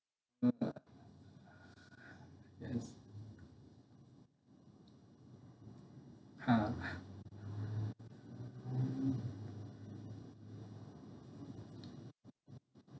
ah yes ha